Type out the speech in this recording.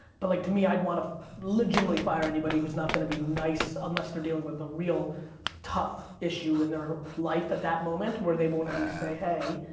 but like, to me, i'd wanna legitimately fire anybody who's not gonna be nice, unless they're dealing with a real tough issue in their life at that moment where they won't at least say, hey.